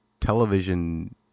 television